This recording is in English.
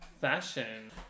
fashion